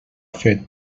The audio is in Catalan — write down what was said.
fet